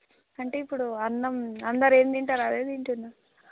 అంటే ఇప్పుడు అన్నం అందరూ ఏం తింటారో అదే తింటున్నాను